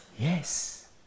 Yes